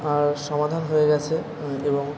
আর সমাধান হয়ে গেছে এবং